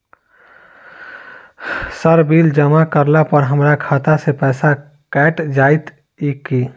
Sir bill जमा करला पर हमरा खाता सऽ पैसा कैट जाइत ई की?